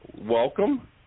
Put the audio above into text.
Welcome